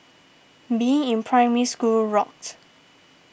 being in Primary School rocked